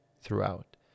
throughout